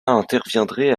interviendrait